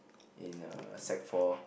in err sec four